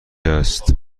است